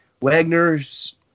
Wagner's